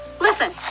Listen